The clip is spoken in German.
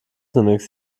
zunächst